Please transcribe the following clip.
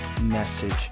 message